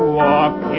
walk